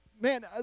Man